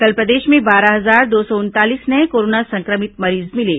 कल प्रदेश में बारह हजार दो सौ उनतालीस नये कोरोना संक्रमित मरीज मिले